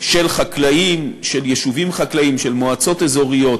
של חקלאים, של יישובים חקלאיים, של מועצות אזוריות